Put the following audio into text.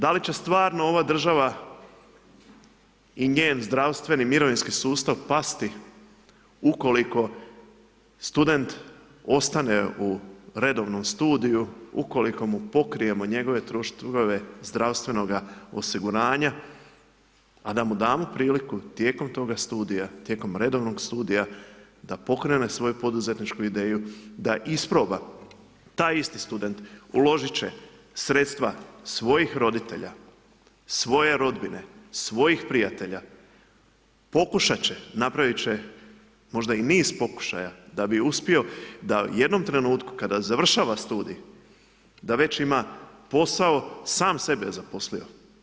Da li će stvarno ova država i njen zdravstveni mirovinski sustav pasti, ukoliko student ostane u redovnom studiju, ukoliko mu pokrijemo njegove troškove, zdravstvenoga osiguranja, a da mu damo priliku, tijekom toga studija, tijekom redovnog studija, da pokrene svoju poduzetničku ideju, da isproba, taj isti student, uložiti će sredstva svojih roditelja, svoje rodbine, svoje prijatelja, pokušati će napraviti će možda i niz pokušaja, da bi uspio, da jednom trenutku kada završava studij, da već ima posao, sam sebe zaposlio.